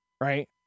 Right